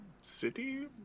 City